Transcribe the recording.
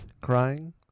crying